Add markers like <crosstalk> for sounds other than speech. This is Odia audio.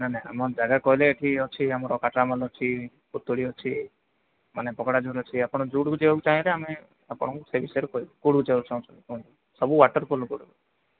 ନା ନା ଆମ ଜାଗା କହିଲେ ଏଠି ଅଛି ଆମର କାଚରାମାଲ୍ ଅଛି କୋତଳୀ ଅଛି ମାନେ ବଗଡ଼ାଝୋଲ୍ ଅଛି ଆପଣ ଯେଉଁଠିକୁ ଯିବାକୁ ଚାହିଁଲେ ଆମେ ଆପଣଙ୍କୁ ସେ ବିଷୟରେ କହିବୁ କେଉଁଠିକୁ ଯିବାକୁ ଚାହୁଁଚନ୍ତି କ'ଣ ସବୁ ୱାଟର୍ଫଲ୍ <unintelligible>